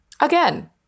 Again